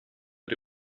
but